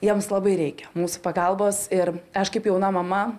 jiems labai reikia mūsų pagalbos ir aš kaip jauna mama